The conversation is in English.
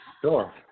Sure